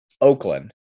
Oakland